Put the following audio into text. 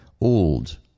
old